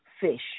fish